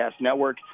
Network